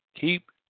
Keep